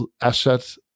asset